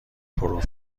پرو